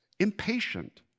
impatient